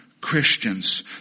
Christians